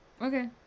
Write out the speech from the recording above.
Okay